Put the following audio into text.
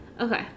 okay